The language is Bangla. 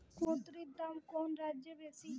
কুঁদরীর দাম কোন রাজ্যে বেশি?